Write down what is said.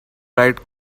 write